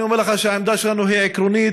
אני אומר לכם שהעמדה שלנו היא עקרונית,